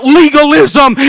legalism